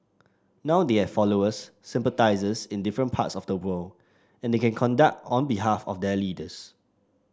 now they have followers sympathisers in different parts of the world and they conduct on behalf of their leaders